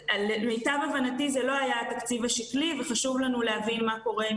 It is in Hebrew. למיטב הבנתי זה לא היה התקציב השקלי וחשוב לנו להבין מה קורה עם